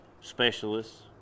specialists